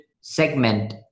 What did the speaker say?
segment